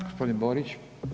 Gospodin Borić.